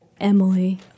Emily